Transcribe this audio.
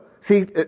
See